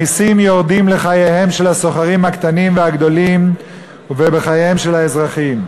המסים יורדים לחייהם של הסוחרים הקטנים והגדולים ולחייהם של האזרחים.